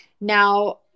Now